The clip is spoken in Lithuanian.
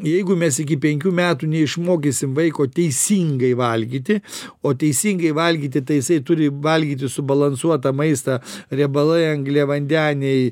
jeigu mes iki penkių metų neišmokysim vaiko teisingai valgyti o teisingai valgyti tai jisai turi valgyti subalansuotą maistą riebalai angliavandeniai